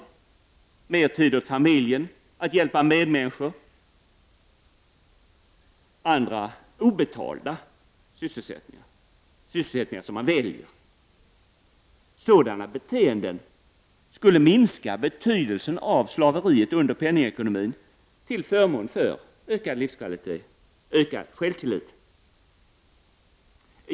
Människor får mera tid för familjen, för att hjälpa sina medmänniskor och för andra obetalda sysselsättningar som de själva väljer. Sådana beteenden skulle minska betydelsen av slaveriet under penningekonomin, till förmån för en bättre livskvalitet och en större självtillit.